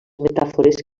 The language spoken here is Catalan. metàfores